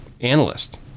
Analyst